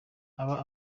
aba